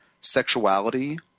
sexuality